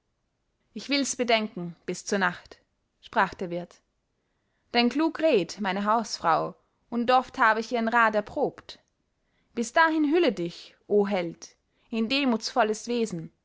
ich will's bedenken bis zur nacht sprach der wirt denn klug rät meine hausfrau und oft habe ich ihren rat erprobt bis dahin hülle dich o held in demutsvolles wesen